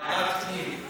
ועדת הפנים.